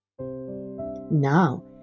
Now